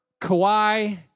Kawhi